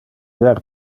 ver